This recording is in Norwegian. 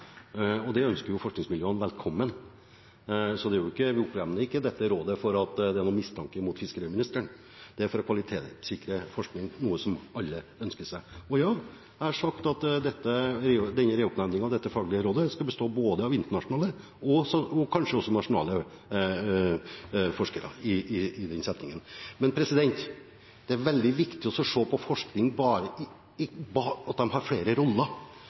forskningsmiljøene velkommen. Så vi oppnevner ikke dette rådet fordi det er noen mistanke mot fiskeriministeren, det er for å kvalitetssikre forskning – noe som alle ønsker seg. Ja, jeg har sagt i forbindelse med reoppnevningen av dette faglige rådet at det skal bestå av både internasjonale og kanskje også nasjonale forskere, men det er veldig viktig å se at forskningen har flere roller. Horisont 2020, langtidsplanen for forskning, inneholder tre ting: samfunnsutfordringene, som får betydelige midler, konkurransedyktig næringsliv, som er viktig, og fremragende forskning. Så det er flere